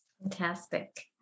Fantastic